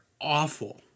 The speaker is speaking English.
awful